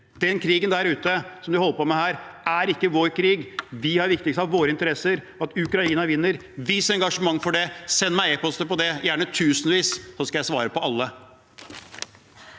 Den krigen som de holder på med der ute, er ikke vår krig. Det viktigste for våre interesser er at Ukraina vinner. Vis engasjement for det! Send meg eposter på det, gjerne tusenvis, så skal jeg svare på alle.